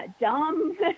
dumb